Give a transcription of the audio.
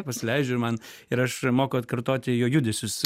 pasileidžiu ir man ir aš moku atkartoti jo judesius